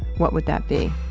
what would that be?